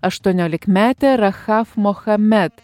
aštuoniolikmetė rachaf mochamed